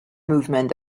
movement